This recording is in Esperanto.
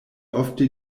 ofte